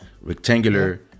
rectangular